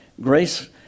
grace